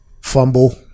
Fumble